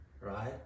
right